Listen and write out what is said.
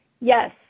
yes